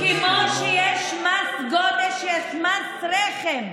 כמו שיש מס גודש, יש מס רחם.